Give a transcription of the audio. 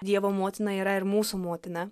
dievo motina yra ir mūsų motina